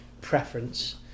preference